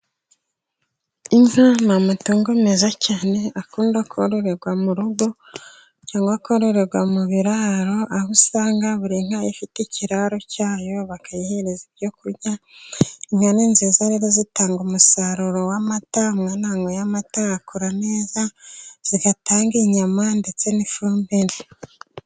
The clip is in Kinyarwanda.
Inka ni amatungo meza cyane akunda kororerwa mu rugo cyangwa akororerwa mu biraro, aho usanga buri nka ifite ikiraro cyayo bakayihereza ibyo kurya. Inka ni nziza rero zitanga umusaruro w'amata. Umwana wanyweye amata akura neza, zigatanga inyama ndetse n'ifumbire.